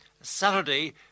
Saturday